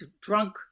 drunk